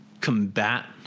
combat